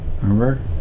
Remember